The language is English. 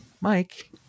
Mike